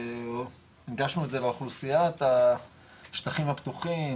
הנגשנו את זה לאוכלוסיה את השטחים הפתוחים,